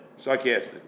sarcastic